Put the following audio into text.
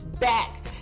back